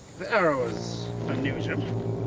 the arrow's unusual.